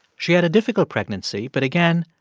she had a difficult pregnancy. but, again,